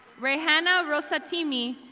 reyhanna rosatimi,